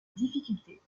difficultés